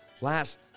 last